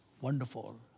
Wonderful